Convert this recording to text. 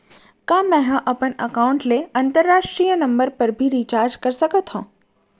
का मै ह अपन एकाउंट ले अंतरराष्ट्रीय नंबर पर भी रिचार्ज कर सकथो